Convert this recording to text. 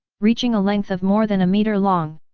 reaching a length of more than a meter long.